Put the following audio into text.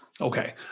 Okay